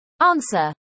Answer